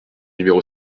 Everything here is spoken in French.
numéro